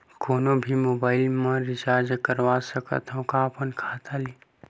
कोनो भी मोबाइल मा रिचार्ज कर सकथव का अपन खाता ले?